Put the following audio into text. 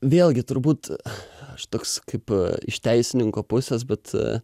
vėlgi turbūt aš toks kaip iš teisininko pusės bet